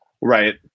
Right